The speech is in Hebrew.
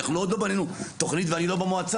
אנחנו עוד לא בנינו תוכנית ואני לא במועצה.